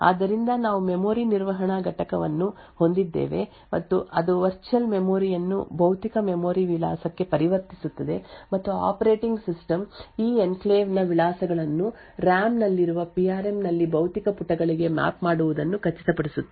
ಆದ್ದರಿಂದ ನಾವು ಮೆಮೊರಿ ನಿರ್ವಹಣಾ ಘಟಕವನ್ನು ಹೊಂದಿದ್ದೇವೆ ಅದು ವರ್ಚುಯಲ್ ಮೆಮೊರಿಯನ್ನು ಭೌತಿಕ ಮೆಮೊರಿ ವಿಳಾಸಕ್ಕೆ ಪರಿವರ್ತಿಸುತ್ತದೆ ಮತ್ತು ಆಪರೇಟಿಂಗ್ ಸಿಸ್ಟಮ್ ಈ ಎನ್ಕ್ಲೇವ್ನ ವಿಳಾಸಗಳನ್ನು ರಾಮ್ ನಲ್ಲಿರುವ ಪಿ ಆರ್ ಎಂ ನಲ್ಲಿ ಭೌತಿಕ ಪುಟಗಳಿಗೆ ಮ್ಯಾಪ್ ಮಾಡುವುದನ್ನು ಖಚಿತಪಡಿಸುತ್ತದೆ